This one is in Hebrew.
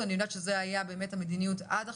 אני יודעת שזאת הייתה המדיניות עד עכשיו,